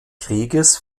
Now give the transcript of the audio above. krieges